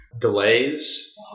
delays